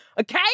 Okay